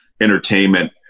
entertainment